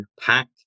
pack